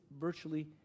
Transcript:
virtually